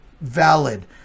valid